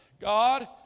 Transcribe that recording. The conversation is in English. God